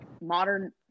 modern